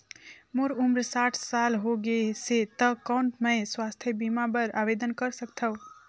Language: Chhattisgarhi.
मोर उम्र साठ साल हो गे से त कौन मैं स्वास्थ बीमा बर आवेदन कर सकथव?